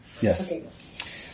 Yes